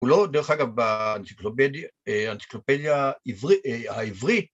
הוא לא, דרך אגב, באנציקלופדיה האנציקלופדיה עברית, אה.. העברית